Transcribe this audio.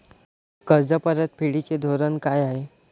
कर्ज परतफेडीचे धोरण काय आहे?